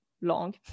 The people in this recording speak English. long